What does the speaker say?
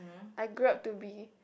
I grew up to be